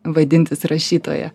vadintis rašytoja